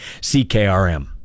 CKRM